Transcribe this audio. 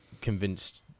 convinced